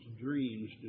dreams